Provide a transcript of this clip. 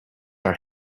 are